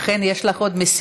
אכן, יש לך עוד משימה.